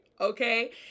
Okay